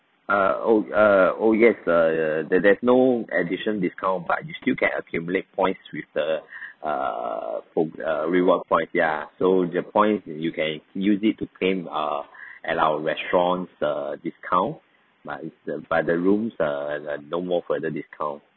err oh err oh yes err there there's no addition discount but you still can accumulate points with the err for err reward points ya so the point you can use it to claim err at our restaurants err discount but is the but the rooms err err no more further discount